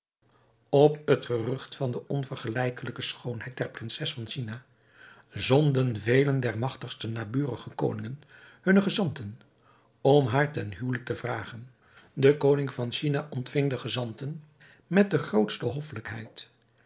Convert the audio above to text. op het gerucht van de onvergelijkelijke schoonheid der prinses van china zonden vele der magtigste naburige koningen hunne gezanten om haar ten huwelijk te vragen de koning van china ontving de gezanten met de grootste hoffelijkheid